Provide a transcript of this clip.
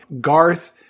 Garth